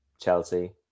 Chelsea